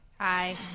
Hi